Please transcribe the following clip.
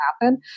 happen